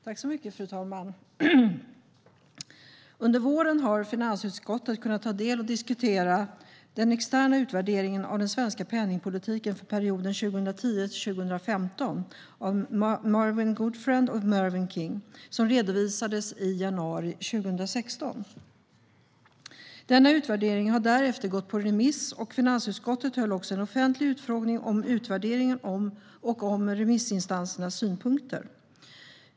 Fru talman! Under våren har finansutskottet kunnat ta del av och diskutera den externa utvärderingen av den svenska penningpolitiken för perioden 2010-2015 av Marvin Goodfriend och Mervyn King, som redovisades i januari 2016. Denna utvärdering har därefter gått på remiss, och finansutskottet höll också en offentlig utfrågning om utvärderingen och om remissinstansernas synpunkter.